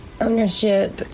ownership